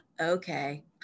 okay